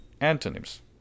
antonyms